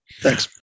Thanks